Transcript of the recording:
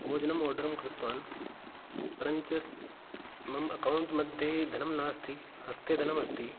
भोजनम् आर्डरं कृतवान् परञ्चित् मम अकौण्ट्मध्ये धनं नास्ति हस्ते धनमस्ति